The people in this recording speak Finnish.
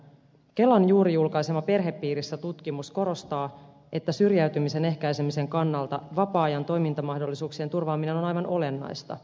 kelan juuri julkaisema perhepiirissä tutkimus korostaa että syrjäytymisen ehkäisemisen kannalta vapaa ajan toimintamahdollisuuksien turvaaminen on aivan olennaista